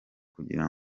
kugira